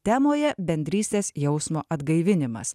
temoje bendrystės jausmo atgaivinimas